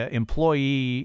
employee